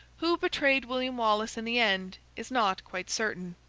who betrayed william wallace in the end, is not quite certain.